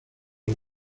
los